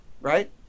right